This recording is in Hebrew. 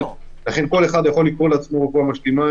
לכן, כל אחד יכול לקרוא לעצמו רפואה משלימה.